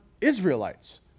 Israelites